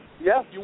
Yes